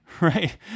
Right